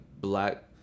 black